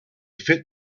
fit